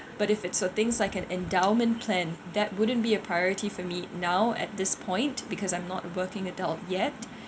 but if it's for things like an endowment plan that wouldn't be a priority for me now at this point because I'm not working adult yet